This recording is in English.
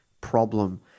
problem